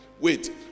wait